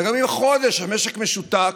גם אם חודש המשק משותק,